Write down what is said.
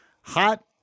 hot